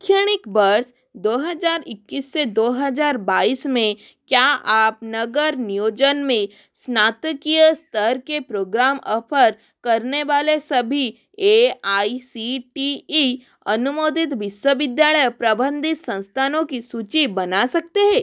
शैक्षणिक वर्ष दो हज़ार इक्कीस से दो हज़ार बाईस में क्या आप नगर नियोजन में स्नातकीय स्तर के प्रोग्राम ऑफ़र करने वाले सभी A I C T E अनुमोदित विश्वविद्यालय प्रबंधित संस्थानों की सूची बना सकते हैं